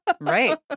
Right